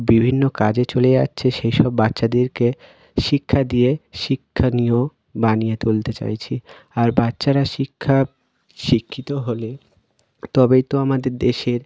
বিভিন্ন কাজে চলে যাচ্ছে সেইসব বাচ্চাদেরকে শিক্ষা দিয়ে শিক্ষা নিয়েও বানিয়ে তুলতে চাইছি আর বাচ্চারা শিক্ষা শিক্ষিত হলে তবেই তো আমাদের দেশের